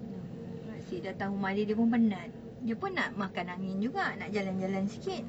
mm asyik datang rumah dia dia pun penat dia pun nak makan angin juga nak jalan-jalan sikit